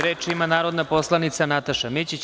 Reč ima narodna poslanica Nataša Mićić.